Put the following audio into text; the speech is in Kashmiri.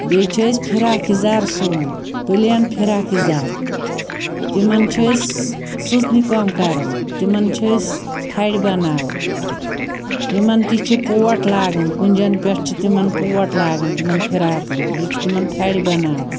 بیٚیہِ چھِ أسۍ فراق یَزار سُووان پٕلین فِراق یَزار تِمَن چھِ أسۍ سٕژنہِ کٲم کران تِمَن چھِ أسۍ تھڈِ بَناوان تِمَن تہِ چھِ پوٹ لاگَان کُنٛجَن پٮ۪ٹھ چھِ تِمَن پوٹ لَاگان تِمَن فِراقن بیٚیہِ چھِ تِمَن تھڈِ بَناوان